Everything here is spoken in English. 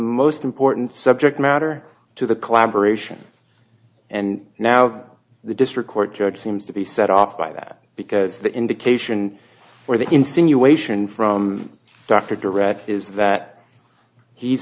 most important subject matter to the collaboration and now the district court judge seems to be set off by that because the indication or the insinuation from dr direct is that he's